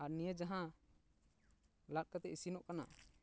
ᱟᱨ ᱱᱤᱭᱟᱹ ᱡᱟᱦᱟᱸ ᱞᱟᱫ ᱠᱟᱛᱮ ᱤᱥᱤᱱᱚᱜ ᱠᱟᱱᱟ